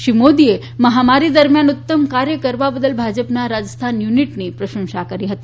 શ્રી મોદીએ મહામારી દરમ્યાન ઉત્તમ કાર્ય કરવા બદલ ભાજપના રાજસ્થાન યુનિટની પ્રશંસા કરી હતી